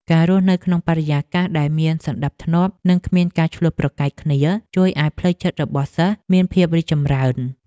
ការរស់នៅក្នុងបរិយាកាសដែលមានសណ្តាប់ធ្នាប់និងគ្មានការឈ្លោះប្រកែកគ្នាជួយឱ្យផ្លូវចិត្តរបស់សិស្សមានភាពរីកចម្រើន។